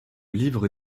livre